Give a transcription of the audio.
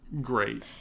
great